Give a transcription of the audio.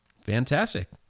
Fantastic